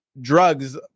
drugs